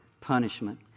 punishment